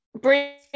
bring